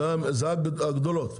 אלה הגדולות.